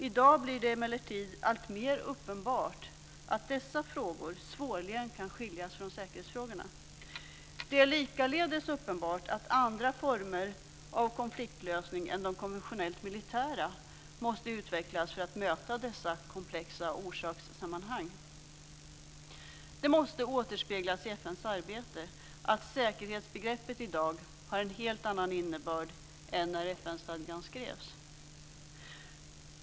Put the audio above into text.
I dag blir det emellertid alltmer uppenbart att dessa frågor svårligen kan skiljas från säkerhetsfrågorna. Det är likaledes uppenbart att andra former av konfliktlösning än de konventionellt militära måste utvecklas för att möta dessa komplexa orsakssammanhang. Det måste återspeglas i FN:s arbete att säkerhetsbegreppet i dag har en helt annan innebörd än när FN-stadgan skrevs.